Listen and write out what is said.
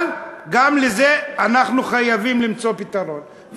אבל גם לזה אנחנו חייבים למצוא פתרון.